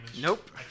Nope